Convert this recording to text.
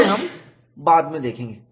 उसे हम बाद में देखेंगे